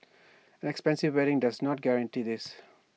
expensive wedding does not guarantee this